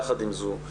יחד עם זו,